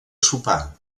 sopar